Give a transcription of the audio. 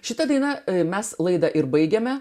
šita daina mes laidą ir baigiame